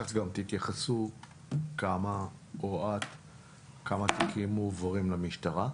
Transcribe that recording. אחר-כך תתייחסו גם ל-כמה תיקים בתחום הפלילי מועברים למשטרה.